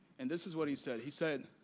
and this is what he said. he said,